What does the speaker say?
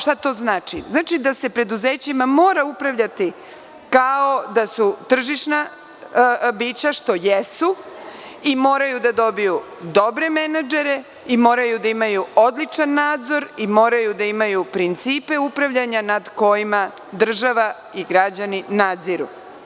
Šta to znači, znači da se preduzećima mora upravljati kao da su tržišna bića što jesu i moraju da dobiju dobre menadžere i moraju da imaju odličan nadzor i moraju da imaju principe upravljanja nad kojima država i građani nadziru.